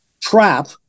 trap